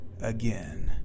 again